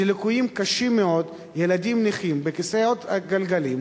אלא מדובר בליקויים קשים מאוד ילדים נכים בכיסאות גלגלים,